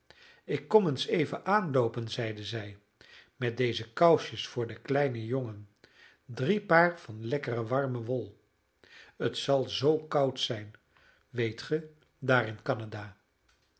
ik kom eens even aanloopen zeide zij met deze kousjes voor den kleinen jongen drie paar van lekker warme wol het zal zoo koud zijn weet ge daar in canada